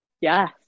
Yes